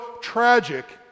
tragic